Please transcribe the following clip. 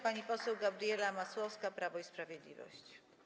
Pani poseł Gabriela Masłowska, Prawo i Sprawiedliwość.